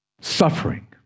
Suffering